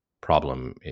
problem